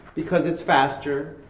because it's faster,